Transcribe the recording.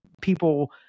people